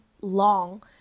long